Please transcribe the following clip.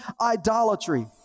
idolatry